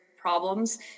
problems